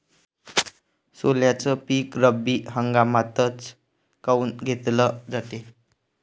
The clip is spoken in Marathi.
सोल्याचं पीक रब्बी हंगामातच काऊन घेतलं जाते?